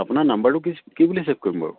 আপোনাৰ নাম্বাৰটো কি কি বুলি ছেভ কৰিম বাৰু